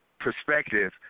perspective